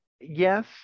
yes